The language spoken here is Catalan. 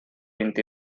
vint